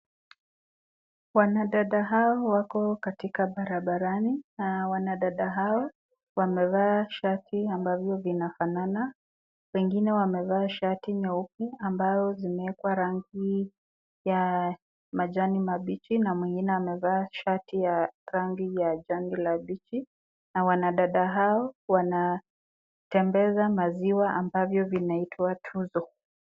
Wanadada hao wako katika barabarani, wanadada hao wamevaa shati ambavyo zinafanana, Wengine wamevaa shati nyeupe ambao zime wekwa rangi ya majani mabichi mwingine amevaa shati ya rangi ya jani la bichi, na wanadada hao wanatembeza maziwa ambavyo vinaitwa tuzo.